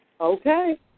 Okay